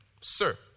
sir